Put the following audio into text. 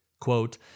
quote